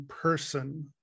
person